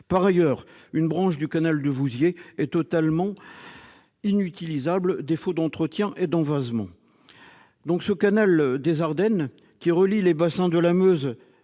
Par ailleurs, une branche du canal de Vouziers est totalement inutilisable du fait de l'absence d'entretien et de l'envasement. Le canal des Ardennes, qui relie les bassins de la Meuse